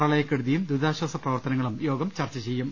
പ്രളയക്കെടുതിയും ദുരിതാശ്ചാസ പ്രവർത്തനങ്ങളും യോഗം ചർച്ച ചെയ്യും